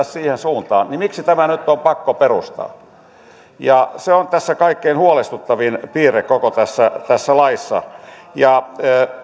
siihen suuntaan niin miksi tämä nyt on pakko perustaa se on kaikkein huolestuttavin piirre koko tässä tässä laissa